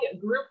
group